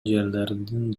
жерлердин